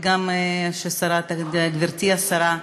גברתי השרה,